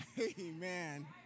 Amen